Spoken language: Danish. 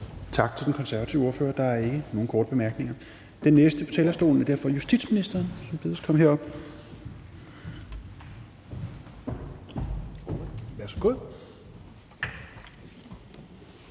Tak til den konservative ordfører. Der er ikke nogen korte bemærkninger. Den næste på talerstolen er derfor justitsministeren, som bedes komme herop. Værsgo.